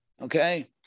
Okay